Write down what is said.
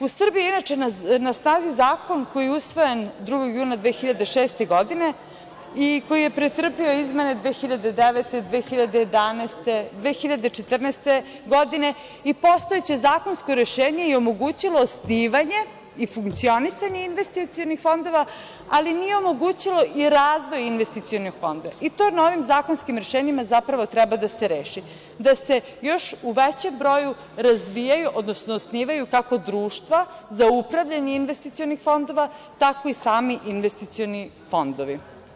U Srbiji je inače na snazi Zakon koji je usvojen 2. juna 2006. godine, koji je pretrpeo izmene 2009, 2011, 2014. godine i postojeće zakonsko rešenje je omogućilo osnivanje i funkcionisanje investicionih fondova, ali nije omogućilo i razvoj investicionog fonda i to novim zakonskim rešenjima zapravo treba da se reši, da se još u većem broju razvijaju, odnosno osnivaju, kako društva za upravljanje investicionih fondova, tako i sami investicioni fondovi.